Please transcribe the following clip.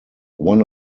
one